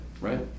Right